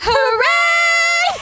Hooray